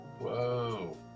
Whoa